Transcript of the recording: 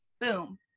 Boom